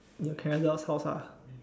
at house ah